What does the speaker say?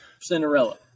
Cinderella